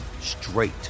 straight